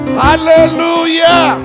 hallelujah